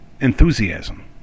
enthusiasm